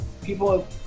People